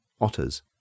Otters